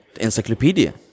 encyclopedia